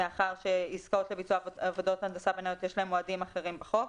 מאחר שביצוע עבודות הנדסה בנאיות יש להן מועדים אחרים בחוק,